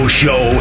show